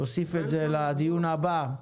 תוסיף את זה לדיון הבא.